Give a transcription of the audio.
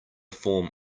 form